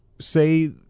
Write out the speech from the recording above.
say